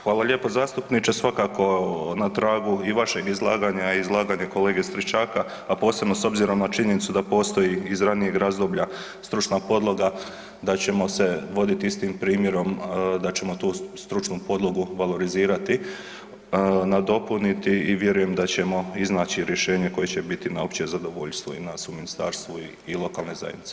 Hvala lijepo zastupniče, svakako na tragu i vašeg izlaganja i izlaganja kolege Stričaka, a posebno s obzirom na činjenicu da postoji iz ranijeg razdoblja stručna podloga da ćemo se voditi istim primjerom, da ćemo tu stručnu podlogu valorizirati, nadopuniti i vjerujem da ćemo iznaći rješenje koje će biti na opće zadovoljstvo i nas u ministarstvo i lokalne zajednice.